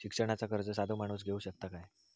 शिक्षणाचा कर्ज साधो माणूस घेऊ शकता काय?